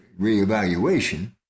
reevaluation